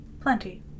plenty